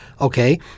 Okay